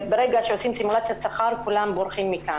ברגע שעושים סימולציית שכר, כולם בורחים מכאן.